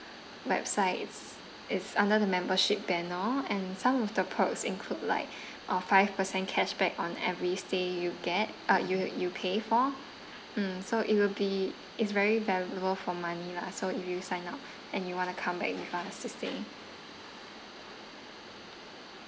websites it's under the membership banner and some of the perks include like uh five percent cashback on every stay you get uh you you pay for mm so it will be it's very valuable for money lah so if you sign up and you want to come back with us to stay